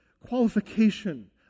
qualification